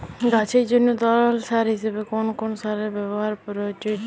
গাছের জন্য তরল সার হিসেবে কোন কোন সারের ব্যাবহার প্রযোজ্য?